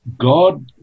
God